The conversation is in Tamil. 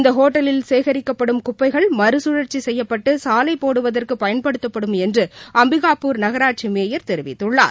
இந்த ஹோட்டலில் சேகரிக்கப்படும் குப்பைகள் மறுசுழற்சி செய்யப்பட்டு சாலை போடுவதற்கு பயன்படுத்தப்படும் என்று அம்பிகாபூர் நகராட்சி மேயர் தெரிவித்துள்ளார்